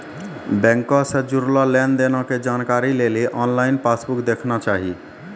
बैंको से जुड़लो लेन देनो के जानकारी लेली आनलाइन पासबुक देखना चाही